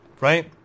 right